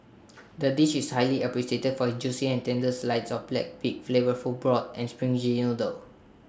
the dish is highly appreciated for its juicy and tender slides of black pig flavourful broth and springy noodles